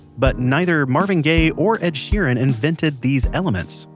but neither marvin gaye or ed sheran invented these elements.